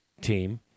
team